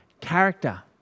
character